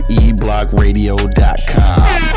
eblockradio.com